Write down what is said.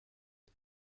you